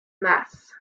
mess